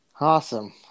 Awesome